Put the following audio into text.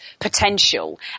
potential